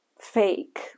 fake